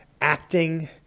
acting